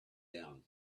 down